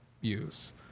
use